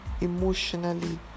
emotionally